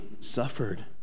suffered